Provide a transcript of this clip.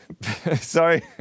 Sorry